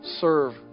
serve